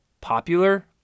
popular